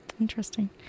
interesting